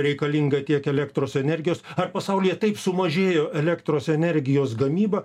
reikalinga tiek elektros energijos ar pasaulyje taip sumažėjo elektros energijos gamyba